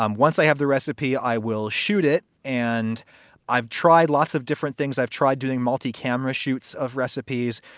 um once i have the recipe, i will shoot it. and i've tried lots of different things. i've tried doing multicamera shoots of recipes.